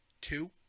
two